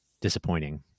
disappointing